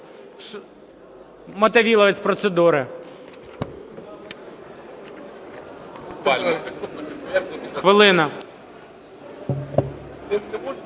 Мотовиловець – з процедури. Хвилина.